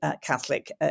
Catholic